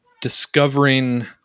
discovering